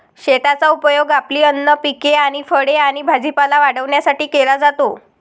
शेताचा उपयोग आपली अन्न पिके आणि फळे आणि भाजीपाला वाढवण्यासाठी केला जातो